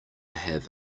have